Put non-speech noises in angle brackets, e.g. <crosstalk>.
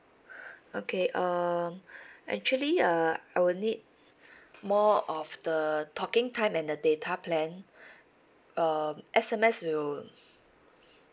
<breath> okay um <breath> actually uh I will need <breath> more of the talking time and the data plan <breath> uh S_M_S will <noise>